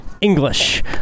English